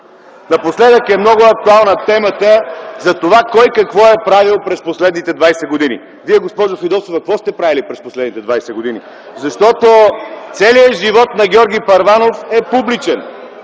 Напоследък е много актуална темата за това кой какво е правил през последните 20 години. Вие, госпожо Фидосова, какво сте правили през последните 20 години? Защото целият живот на Георги Първанов е публичен.